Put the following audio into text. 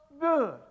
good